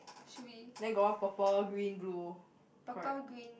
should be purple green